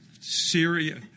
Syria